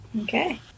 Okay